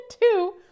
Two